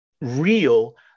real